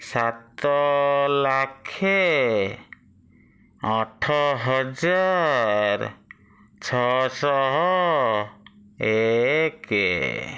ସାତ ଲକ୍ଷ ଆଠ ହଜାର ଛଅଶହ ଏକ